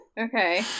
Okay